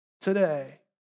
today